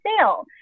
sale